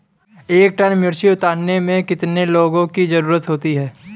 एक टन मिर्ची उतारने में कितने लोगों की ज़रुरत होती है?